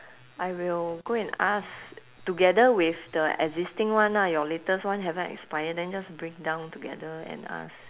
I will go and ask together with the existing one ah your latest one haven't expire then just bring down together and ask